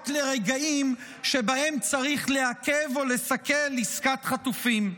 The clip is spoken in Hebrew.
רק לרגעים שבהם צריך לעכב או לסכל עסקת חטופים.